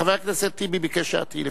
חבר הכנסת טיבי ביקש שאת תהיי לפניו.